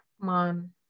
Man